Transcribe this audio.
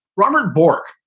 robert bork,